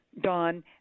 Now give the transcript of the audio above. Don